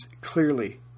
clearly